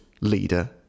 leader